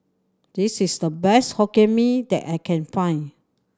this is the best Hokkien Mee that I can find